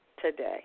today